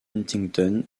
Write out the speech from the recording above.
huntington